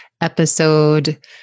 episode